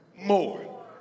more